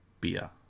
beer